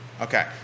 Okay